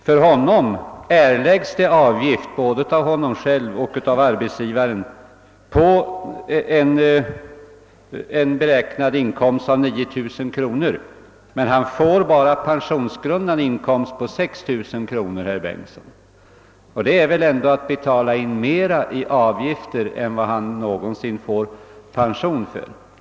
För honom erlägges avgifter både av honom själv och av arbetsgivaren för en beräknad inkomst av cirka 9000 kronor, men hans pensionsgrundande inkomst blir 6 000 kronor, herr Bengtsson. Då blir avgifterna för honom större än vad han någonsin får pension för.